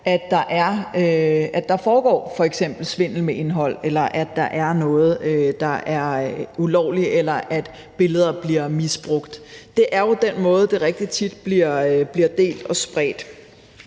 at der har foregået svindel med f.eks. indhold, eller at der er noget, der er ulovligt, eller at billeder bliver misbrugt. Det er jo på den måde, at det rigtig tit bliver delt og spredt.